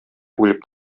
үлеп